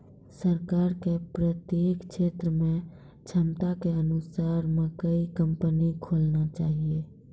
सरकार के प्रत्येक क्षेत्र मे क्षमता के अनुसार मकई कंपनी खोलना चाहिए?